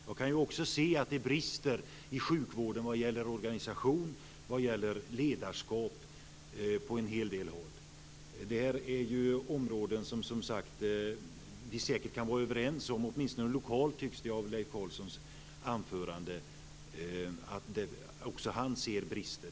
Jag kan också se att det brister i sjukvården vad gäller organisation och ledarskap på en hel del håll. Det är ju områden som vi säkert kan vara överens om. Åtminstone lokalt tycks det av Leif Carlsons anförande att döma som om också han ser brister.